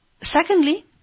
secondly